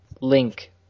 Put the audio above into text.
Link